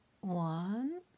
One